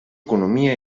economia